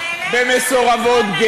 התעללות במסורבות.